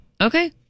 Okay